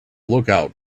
lookout